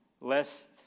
Lest